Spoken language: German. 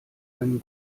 einen